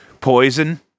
Poison